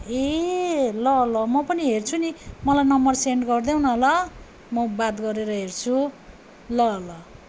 ए ल ल म पनि हेर्छु नि मलाई नम्बर सेन्ड गरिदेउन ल म बात गरेर हेर्छु ल ल